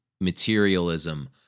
materialism